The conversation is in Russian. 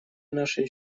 нашей